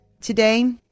Today